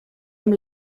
amb